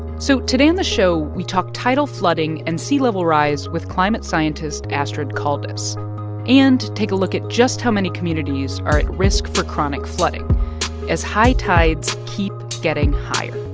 so today on the show, we talk tidal flooding and sea level rise with climate scientist astrid caldas and take a look at just how many communities are at risk for chronic flooding as high tides keep getting higher